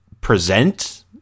present